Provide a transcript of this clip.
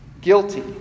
guilty